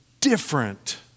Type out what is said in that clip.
different